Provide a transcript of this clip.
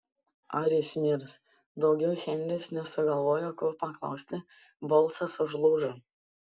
ar jis mirs daugiau henris nesugalvojo ko paklausti balsas užlūžo